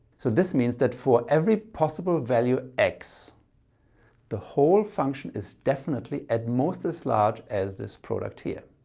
so this means that for every possible value x the whole function is definitely at most as large as this product here